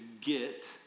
get